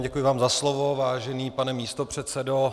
Děkuji vám za slovo, vážený pane místopředsedo.